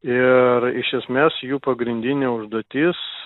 ir iš esmės jų pagrindinė užduotis